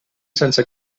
sense